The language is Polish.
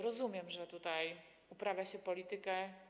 Rozumiem, że tutaj uprawia się politykę.